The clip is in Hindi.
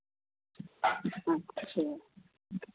अच्छा